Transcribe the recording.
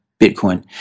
Bitcoin